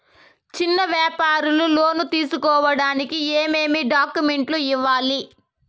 చిన్న వ్యాపారులు లోను తీసుకోడానికి ఏమేమి డాక్యుమెంట్లు ఇవ్వాలి?